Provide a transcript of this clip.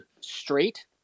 straight